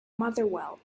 motherwell